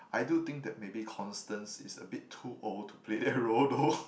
I do think that maybe Constance is a bit too old to play that role though